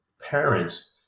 parents